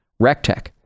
Rectech